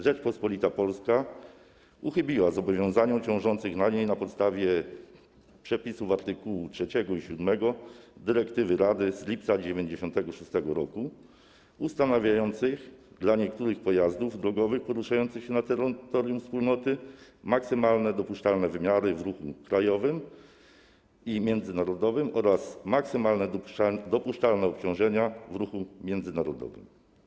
Rzeczpospolita Polska uchybiła zobowiązaniom ciążącym na niej na podstawie przepisów art. 3 i 7 dyrektywy Rady z lipca 1996 r. ustanawiającej dla niektórych pojazdów drogowych poruszających się na terytorium Wspólnoty maksymalne dopuszczalne wymiary w ruchu krajowym i międzynarodowym oraz maksymalne dopuszczalne obciążenia w ruchu międzynarodowym.